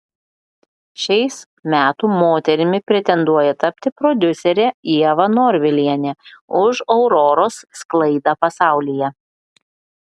šiais metų moterimi pretenduoja tapti prodiuserė ieva norvilienė už auroros sklaidą pasaulyje